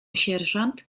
sierżant